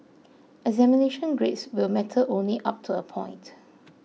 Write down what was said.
examination grades will matter only up to a point